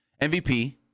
MVP